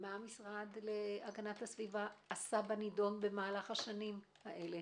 מה המשרד להגנת הסביבה עשה בנידון במהלך השנים הללו?